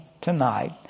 tonight